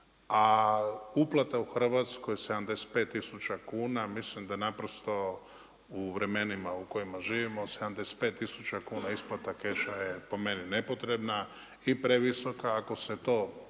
A uplata u Hrvatskoj 75 tisuća kuna, mislim da naprosto u vremenima u kojima živimo, 75 tisuća kuna isplata keša je po meni nepotrebna i previsoka, ako se to